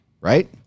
right